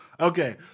Okay